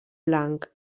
blanc